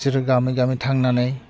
सोर गामि गामि थांनानै